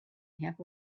half